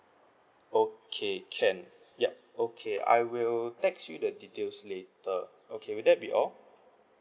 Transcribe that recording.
okay can yup okay I will text you the details later okay will that be all